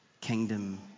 kingdom